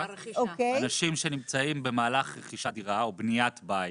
אנשים שנמצאים במהלך רכישת דירה או בניית בית,